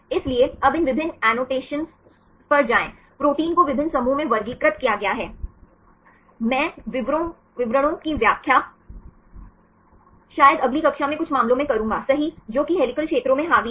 इसलिए अब इन विभिन्न एनोटेशनों पर जाएं प्रोटीन को विभिन्न समूहों में वर्गीकृत किया गया है मैं विवरणों की व्याख्या शायद अगली कक्षा में कुछ मामलों में करूंगासही जो कि हेलिकल क्षेत्रों में हावी हैं